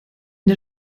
der